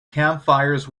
campfires